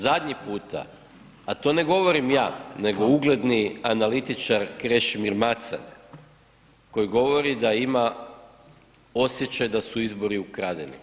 Zadnji puta, a to ne govorim ja nego ugledni analitičar Krešimir Macan koji govori da ima osjećaj da su izbori ukradeni.